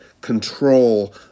control